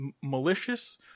malicious